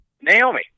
Naomi